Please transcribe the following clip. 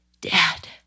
dad